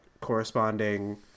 corresponding